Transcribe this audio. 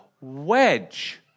wedge